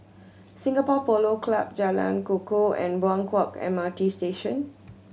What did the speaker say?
Singapore Polo Club Jalan Kukoh and Buangkok M R T Station